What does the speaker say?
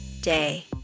day